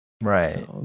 Right